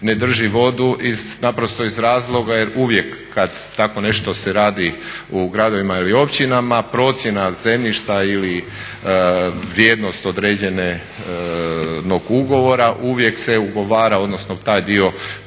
ne drži vodu naprosto iz razloga jer uvijek kad takvo nešto se radi u gradovima ili općinama procjena zemljišta ili vrijednost određenog ugovora uvijek se ugovara, odnosno taj dio troškova